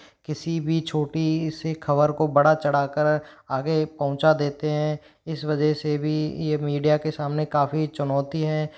किसी भी छोटी सी ख़बर को बड़ा चड़ा कर आगे पहुंचा देते हैं इस वजह से भी यह मीडिया के सामने काफ़ी चुनौती हैं